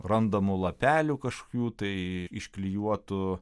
randamų lapelių kažkokių tai išklijuotų